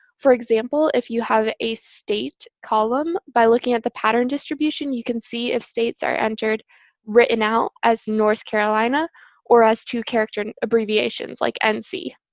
for example, if you have a state column, by looking at the pattern distribution, you can see if states are entered written out as north carolina or as two-character abbreviations, like and nc.